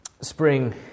Spring